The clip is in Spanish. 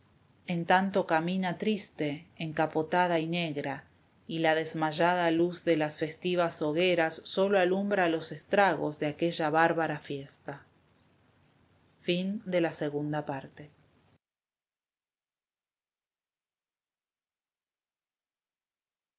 en tanto camina triste encapotada y negra y la desmayada luz de las festivas hogueras sólo alumbra los estragos de aquella bárbara fiesta